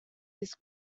his